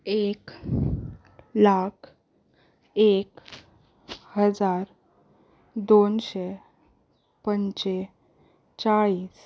एक लाख एक हजार दोनशे पंचेचाळीस